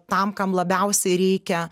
tam kam labiausiai reikia